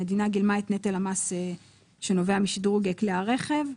המדינה גילמה את נטל המס שנובע משדרוג כלי הרכב,